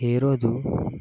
herod